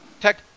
Tech